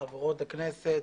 חברי וחברות הכנסת.